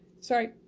sorry